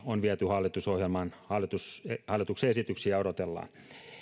on viety hallitusohjelmaan hallituksen esityksiä odotellaan